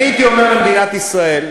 אני הייתי אומר למדינת ישראל,